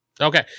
Okay